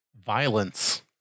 violence